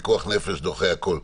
פיקוח נפש דוחה הכול.